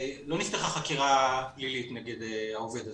נפתחה חקירה פלילית נגד העובד הזה.